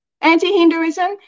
anti-Hinduism